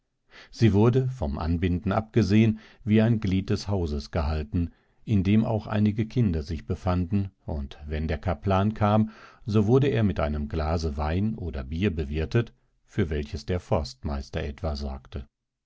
sie wurde vom anbinden abgesehen wie ein glied des hauses gehalten in dem auch einige kinder sich befanden und wenn der kaplan kam so wurde er mit einem glase wein oder bier bewirtet für welches der forstmeister etwa sorgte